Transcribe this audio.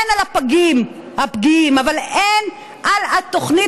הן בתוכנית לפגים הפגיעים והן בתוכנית